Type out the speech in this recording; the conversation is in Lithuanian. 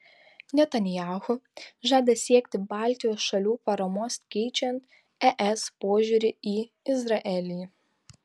netanyahu žada siekti baltijos šalių paramos keičiant es požiūrį į izraelį